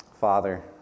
Father